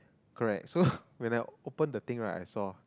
correct so when I open the thing right I saw